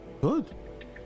Good